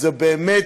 זו באמת,